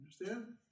Understand